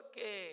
Okay